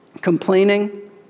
Complaining